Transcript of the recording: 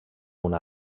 una